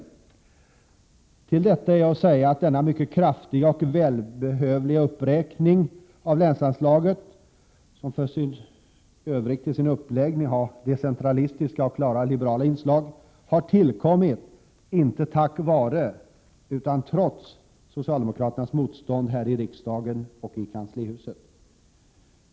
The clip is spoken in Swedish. Härtill kan man säga att denna mycket kraftiga och välbehövliga uppräkning av länsanslaget, som för övrigt till sin uppläggning har decentralistiska och klara liberala inslag, har tillkommit inte tack vare utan trots socialdemokraternas motstånd här i riksdagen och i kanslihuset.